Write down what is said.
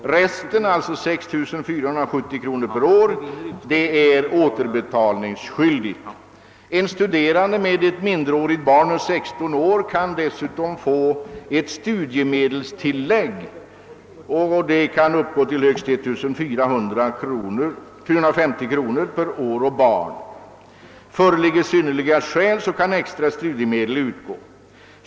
För återstoden, alltså 6 370 kronor per år, föreligger återbetalningsskyldighet. En studerande med ett minderårigt barn under 16 år kan dessutom få ett studiemedelstillägg, vilket kan uppgå till högst 1450 kronor per år och barn. Föreligger synnerliga skäl kan extra studiemedel utgå.